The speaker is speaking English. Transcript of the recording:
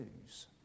news